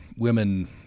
women